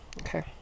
Okay